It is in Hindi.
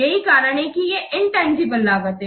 यही कारण है कि ये इनतंजीबले लागत हैं